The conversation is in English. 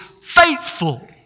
faithful